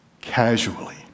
casually